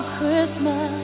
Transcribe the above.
Christmas